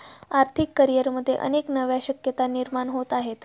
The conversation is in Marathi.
आर्थिक करिअरमध्ये अनेक नव्या शक्यता निर्माण होत आहेत